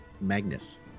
Magnus